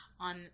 on